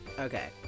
Okay